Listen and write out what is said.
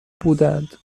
بودند